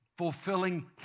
fulfilling